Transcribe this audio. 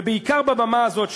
בעיקר בבמה הזאת,